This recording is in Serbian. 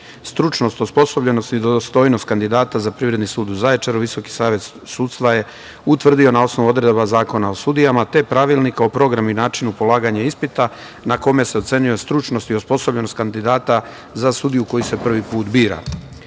Zaječaru. Stručnost, osposobljenost i dostojnost kandidata za Privredni sud u Zaječaru Visoki savet sudstva je utvrdio na osnovu odredaba Zakona o sudijama, te Pravilnika o programu i načinu polaganja ispita na kome se ocenjuje stručnost i osposobljenost kandidata za sudiju koji se prvi put bira. Na